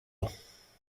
ans